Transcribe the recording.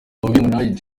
iyaba